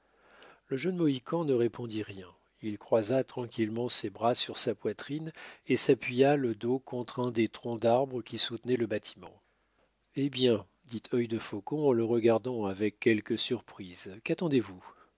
le jeune mohican ne répondit rien il croisa tranquillement ses bras sur sa poitrine et s'appuya le dos contre un des troncs d'arbre qui soutenaient le bâtiment eh bien dit œil de faucon en le regardant avec quelque surprise quattendez vous